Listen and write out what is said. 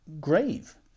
grave